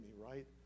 right